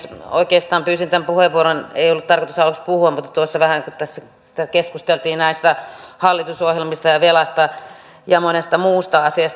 oikeastaan pyysin tämän puheenvuoron ei ollut tarkoitus aluksi puhua kun tässä keskusteltiin näistä hallitusohjelmista ja velasta ja monesta muusta asiasta